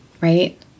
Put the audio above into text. right